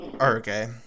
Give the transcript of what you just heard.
okay